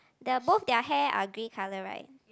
their both their hair are green colour right